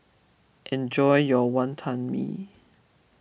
enjoy your Wonton Mee